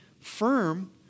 firm